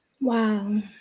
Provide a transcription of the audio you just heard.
Wow